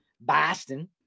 Boston